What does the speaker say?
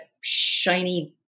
shiny